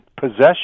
possession